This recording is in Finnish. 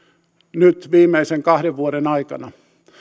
nyt viimeisen kahden vuoden aikana